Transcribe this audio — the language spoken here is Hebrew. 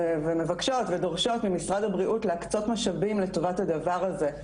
מבקשות ודורשות ממשרד הבריאות להקצות משאבים לטובת הדבר הזה,